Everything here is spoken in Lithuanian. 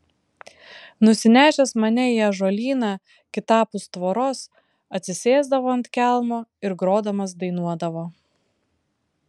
nusinešęs mane į ąžuolyną kitapus tvoros atsisėsdavo ant kelmo ir grodamas dainuodavo